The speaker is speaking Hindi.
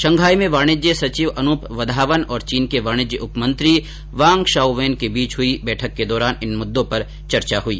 शंघाई में वाणिज्य सचिव अनूप वधावन और चीन के वाणिज्य उपमंत्री वांग शाउवेन के बीच हुई बैठक के दौरान इन मुद्दों पर चर्चा हुई